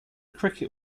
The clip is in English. cricket